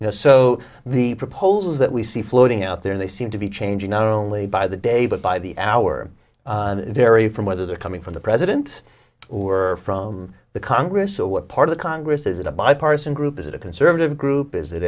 you know so the proposals that we see floating out there they seem to be changing not only by the day but by the hour vary from whether they're coming from the president who are from the congress or what part of the congress is it a bipartisan group is it a conservative group is it